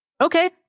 Okay